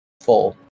full